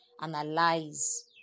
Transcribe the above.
analyze